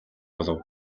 болов